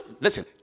listen